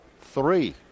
three